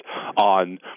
on